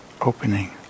opening